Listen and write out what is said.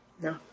No